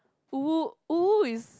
uwu uwu is